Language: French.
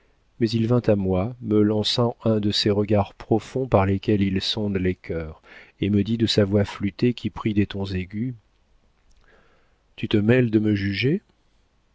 mais il vint à moi me lança un de ces regards profonds par lesquels il sonde les cœurs et me dit de sa voix flûtée qui prit des tons aigus tu te mêles de me juger